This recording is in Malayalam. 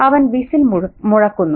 അവൻ വിസിൽ മുഴക്കുന്നു